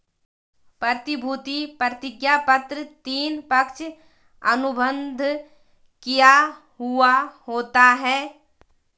प्रतिभूति प्रतिज्ञापत्र तीन, पक्ष अनुबंध किया हुवा होता है